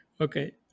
Okay